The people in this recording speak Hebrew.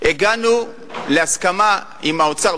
הגענו להסכמה עם האוצר,